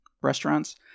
restaurants